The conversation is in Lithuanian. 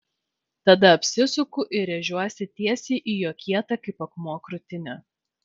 tada apsisuku ir rėžiuosi tiesiai į jo kietą kaip akmuo krūtinę